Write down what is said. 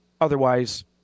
Otherwise